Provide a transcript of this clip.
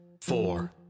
four